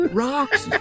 rocks